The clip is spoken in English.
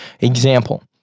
Example